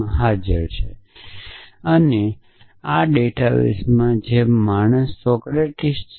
આ ડેટાબેસ માં છે અને આ ડેટાબેસ માં છે જેમાં માણસ સોક્રેટીસ છે